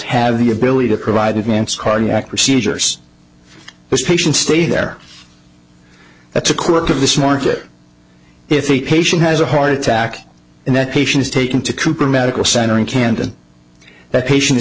have the ability to provide advanced cardiac procedures those patients stay there that's a quirk of this market if a patient has a heart attack and that patients taken to complete medical center in canada that patient